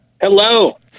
Hello